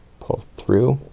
pull through